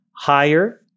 higher